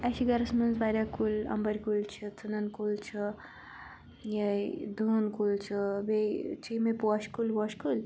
اسہِ چھِ گھرَس منٛز واریاہ کُلۍ اَمبٕرۍ کُلۍ چھِ ژٕنَن کُلۍ چھِ یہِ دٲن کُلۍ چھِ بیٚیہِ چھِ یِمَے پوشہِ کُلۍ ووشہِ کُلۍ